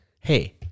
Hey